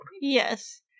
Yes